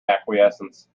acquiescence